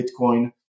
Bitcoin